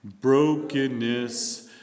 Brokenness